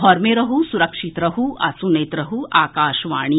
घर मे रहू सुरक्षित रहू आ सुनैत रहू आकाशवाणी